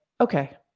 okay